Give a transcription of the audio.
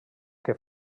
que